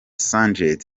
sgt